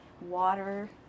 water